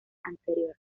anterior